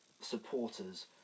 supporters